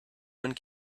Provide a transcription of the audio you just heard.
wind